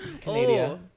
Canada